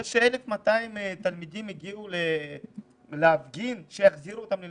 זה ש-1,200 תלמידים הגיעו להפגין שיחזירו אותם ללימודים,